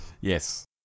yes